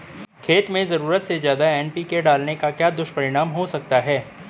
खेत में ज़रूरत से ज्यादा एन.पी.के डालने का क्या दुष्परिणाम हो सकता है?